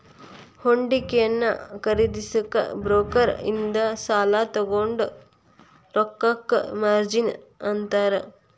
ಹೂಡಿಕೆಯನ್ನ ಖರೇದಿಸಕ ಬ್ರೋಕರ್ ಇಂದ ಸಾಲಾ ತೊಗೊಂಡ್ ರೊಕ್ಕಕ್ಕ ಮಾರ್ಜಿನ್ ಅಂತಾರ